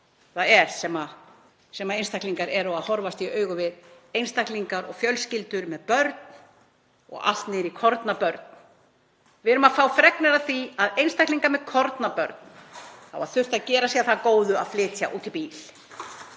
það er sem þessir einstaklingar eru að horfast í augu við, einstaklingar og fjölskyldur með börn og allt niður í kornabörn, við erum að fá fregnir af því að einstaklingar með kornabörn hafi þurft að gera sér það að góðu að flytja út í bíl